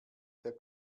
der